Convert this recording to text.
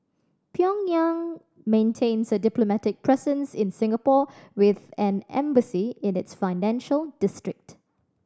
Pyongyang maintains a diplomatic presence in Singapore with an embassy in its financial district